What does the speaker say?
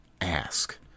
ask